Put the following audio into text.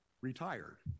retired